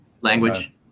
Language